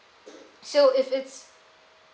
so if its